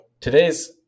Today's